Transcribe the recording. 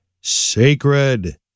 sacred